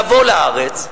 לבוא לארץ,